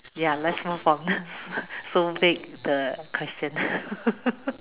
ya let's move on so big the questions